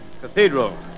cathedral